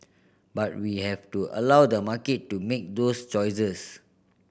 but we have to allow the market to make those choices